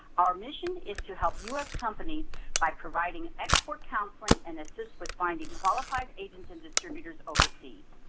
our mission is to help u s. companies by providing export counseling and assist with finding qualified agents and distributors overseas.